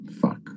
Fuck